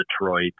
Detroit